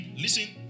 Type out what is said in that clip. Listen